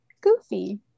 Goofy